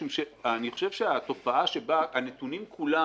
אני חושב שהתופעה שבה הנתונים כולם